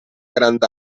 grand